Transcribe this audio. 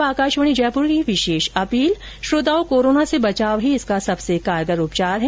और अब आकाशवाणी जयपुर के समाचार विभाग की विशेष अपील श्रोताओं कोरोना से बचाव ही इसका सबसे कारगर उपचार है